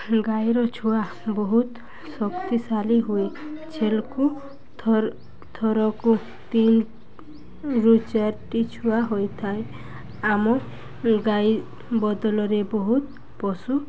ଗାଈର ଛୁଆ ବହୁତ ଶକ୍ତିଶାଳୀ ହୁଏ ଛେଳିକୁ ଥର ଥରକୁ ତିନିରୁ ଚାରିଟି ଛୁଆ ହୋଇଥାଏ ଆମ ଗାଈ ବଦଳରେ ବହୁତ ପଶୁ